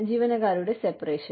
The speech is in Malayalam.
ജീവനക്കാരുടെ സെപറേഷൻ